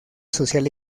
social